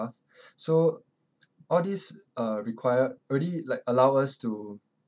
so all this uh require already like allow us to